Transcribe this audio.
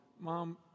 Mom